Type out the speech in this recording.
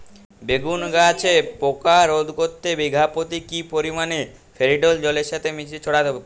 বেগুন গাছে পোকা রোধ করতে বিঘা পতি কি পরিমাণে ফেরিডোল জলের সাথে মিশিয়ে ছড়াতে হবে?